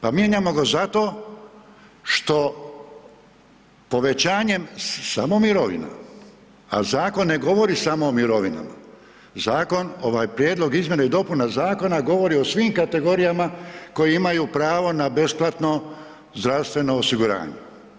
Pa mijenjamo ga zato što povećanjem, samo mirovina, a zakon ne govori samo o mirovinama, zakon, ovaj prijedlog izmjene i dopuna zakona govori o svim kategorijama koje imaju pravo na besplatno zdravstveno osiguranje.